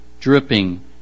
dripping